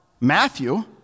Matthew